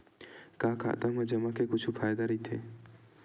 का खाता मा जमा के कुछु फ़ायदा राइथे?